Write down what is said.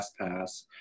LastPass